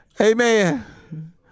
Amen